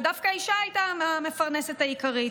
ודווקא האישה הייתה המפרנסת העיקרית.